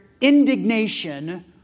indignation